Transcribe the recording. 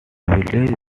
village